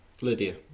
Lydia